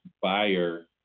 buyer